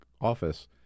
office